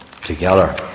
together